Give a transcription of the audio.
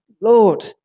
Lord